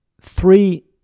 three